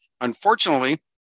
Unfortunately